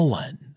one